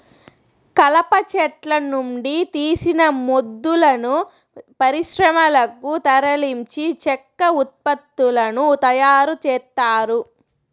కలప చెట్ల నుండి తీసిన మొద్దులను పరిశ్రమలకు తరలించి చెక్క ఉత్పత్తులను తయారు చేత్తారు